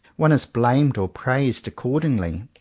one is blamed or praised accordingly.